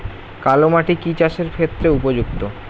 কালো মাটি কি চাষের ক্ষেত্রে উপযুক্ত?